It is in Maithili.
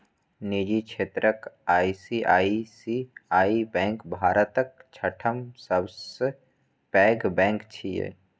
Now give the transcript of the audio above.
निजी क्षेत्रक आई.सी.आई.सी.आई बैंक भारतक छठम सबसं पैघ बैंक छियै